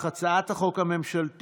)הגדרת אחי הנספה